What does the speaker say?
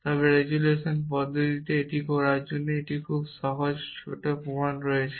তবে রেজোলিউশন পদ্ধতিতে এটি করার জন্য একটি খুব সহজ ছোট প্রমাণ রয়েছে